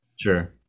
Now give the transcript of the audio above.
sure